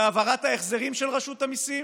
והעברת ההחזרים של רשות המיסים,